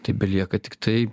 tai belieka tiktai